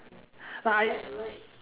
but I